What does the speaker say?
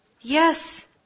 Yes